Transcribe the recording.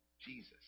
Jesus